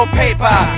paper